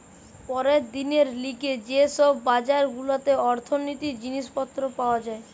পরের দিনের লিগে যে সব বাজার গুলাতে অর্থনীতির জিনিস পত্র পাওয়া যায়